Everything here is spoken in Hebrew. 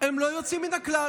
הם לא יוצאים מן הכלל.